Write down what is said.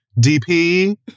DP